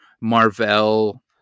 Marvel